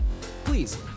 Please